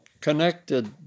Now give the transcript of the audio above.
connected